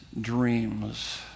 dreams